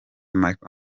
marc